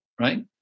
Right